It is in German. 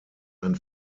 ein